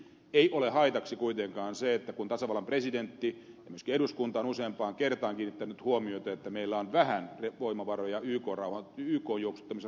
ei ole haitaksi kuitenkaan se että tasavallan presidentti kiinnittää ja myöskin eduskunta on useampaan kertaan kiinnittänyt huomiota siihen että meillä on vähän voimavaroja ykn juoksuttamissa rauhanturvaoperaatioissa